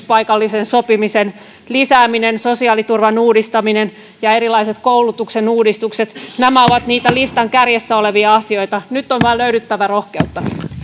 paikallisen sopimisen lisääminen sosiaaliturvan uudistaminen ja erilaiset koulutuksen uudistukset ovat niitä listan kärjessä olevia asioita nyt on vain löydyttävä rohkeutta